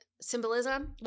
symbolism